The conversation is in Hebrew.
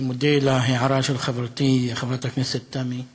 אני מודה על ההערה של חברתי חברת הכנסת תמי זנדברג.